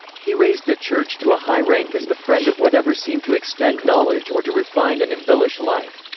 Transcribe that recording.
he raised the church to a high rank as the friend of whatever seemed to extend knowledge or to refine and embellish life.